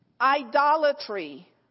Idolatry